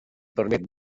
permet